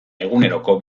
eguneroko